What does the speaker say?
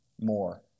more